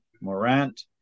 Morant